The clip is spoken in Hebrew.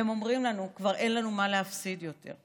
והם אומרים לנו שכבר אין להם כבר מה להפסיד יותר.